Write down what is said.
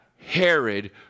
Herod